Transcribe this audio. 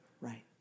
Right